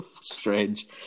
strange